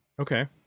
Okay